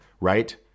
right